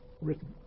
written